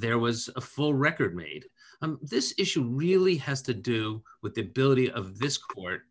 there was a full record made on this issue really has to do with the ability of this court